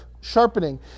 sharpening